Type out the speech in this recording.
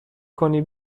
کنی